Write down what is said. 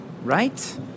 Right